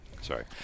Sorry